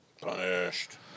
Punished